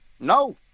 No